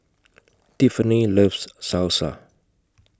Tiffani loves Salsa